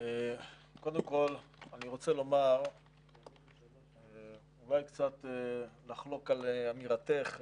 קודם כול, אני רוצה אולי קצת לחלוק על אמירתך,